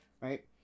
right